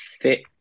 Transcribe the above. fit